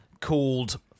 called